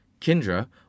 Kindra